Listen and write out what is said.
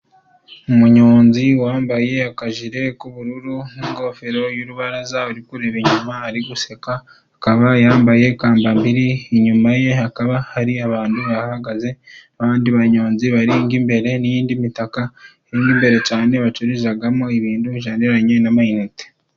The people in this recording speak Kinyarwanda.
Umunyonzi wambaye akajire k'ubururu n'ingofero y'urubaraza, uri kureba inyuma ari guseka , akaba yambaye kamambiri, inyuma ye hakaba hari abantu bahagaze , abandi banyonzi bari nk'imbere, n'indi mitaka iririmo imbere cyane bacururizamo ibintu bijyanye na m'ayinitenite.